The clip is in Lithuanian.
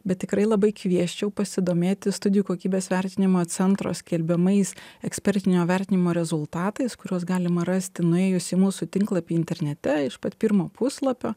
bet tikrai labai kviesčiau pasidomėti studijų kokybės vertinimo centro skelbiamais ekspertinio vertinimo rezultatais kuriuos galima rasti nuėjus į mūsų tinklapį internete iš pat pirmo puslapio